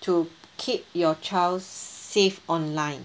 to keep your child safe online